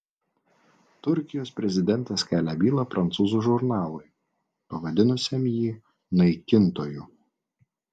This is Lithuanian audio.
turkijos prezidentas kelia bylą prancūzų žurnalui pavadinusiam jį naikintoju